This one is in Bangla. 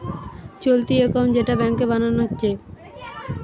চলতি একাউন্ট যেটা ব্যাংকে বানানা হচ্ছে